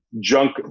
junk